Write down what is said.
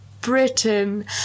Britain